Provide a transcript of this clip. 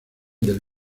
del